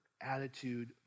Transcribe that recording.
attitude